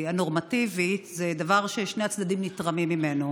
הנורמטיבית זה דבר ששני הצדדים נתרמים ממנו.